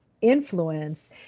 influence